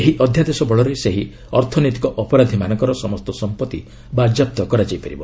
ଏହି ଅଧ୍ୟାଦେଶ ବଳରେ ସେହି ଅର୍ଥନୈତିକ ଅପରାଧୀମାନଙ୍କର ସମସ୍ତ ସମ୍ପତ୍ତି ବାଜ୍ୟାପ୍ତ କରାଯାଇ ପରିବ